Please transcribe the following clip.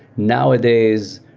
nowadays,